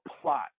plot